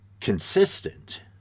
consistent